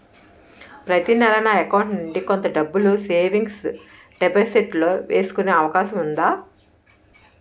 ప్రతి నెల నా అకౌంట్ నుండి కొంత డబ్బులు సేవింగ్స్ డెపోసిట్ లో వేసుకునే అవకాశం ఉందా?